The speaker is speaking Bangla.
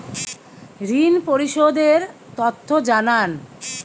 ঋন পরিশোধ এর তথ্য জানান